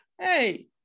Hey